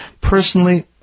Personally